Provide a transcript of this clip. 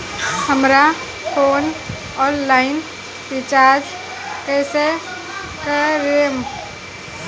हमार phone online recharge कईसे करेम?